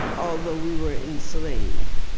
although we were enslaved.